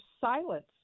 silence